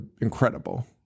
incredible